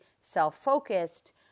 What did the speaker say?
self-focused